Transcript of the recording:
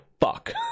Fuck